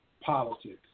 politics